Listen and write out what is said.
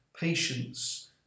patience